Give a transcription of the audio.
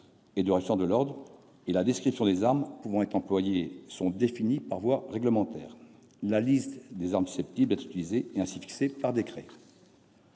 et de rétablissement de l'ordre et la description des armes pouvant être employées sont définies par voie réglementaire. La liste des armes susceptibles d'être utilisées est ainsi fixée par décret.